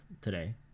today